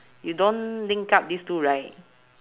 you don't link up this two right